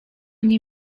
nie